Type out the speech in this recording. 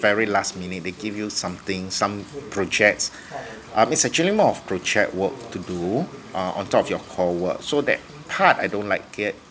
very last minute they give you something some projects um its actually more of project work to do uh on top of your core work so that part I don't like it